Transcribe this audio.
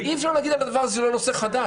ואי אפשר להגיד על הדבר הזה שהוא לא נושא חדש,